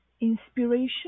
inspiration